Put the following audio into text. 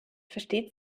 versteht